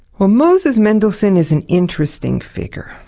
well, moses mendelssohn is an interesting figure.